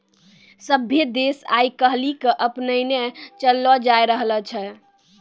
सभ्भे देश आइ काल्हि के अपनैने चललो जाय रहलो छै